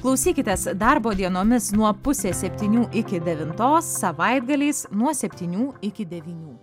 klausykitės darbo dienomis nuo pusės septynių iki devintos savaitgaliais nuo septynių iki devynių